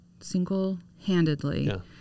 single-handedly